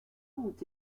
ont